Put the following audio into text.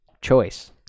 choice